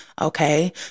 Okay